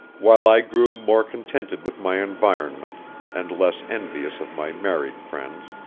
while i grew more contented with my environment and less envious of my married friends,